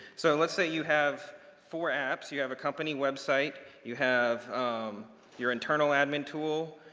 so let's say you have four apps. you have a company website. you have um your internal admin tool.